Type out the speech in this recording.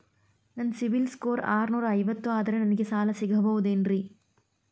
ನನ್ನ ಸಿಬಿಲ್ ಸ್ಕೋರ್ ಆರನೂರ ಐವತ್ತು ಅದರೇ ನನಗೆ ಸಾಲ ಸಿಗಬಹುದೇನ್ರಿ?